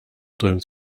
domes